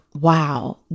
wow